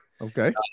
Okay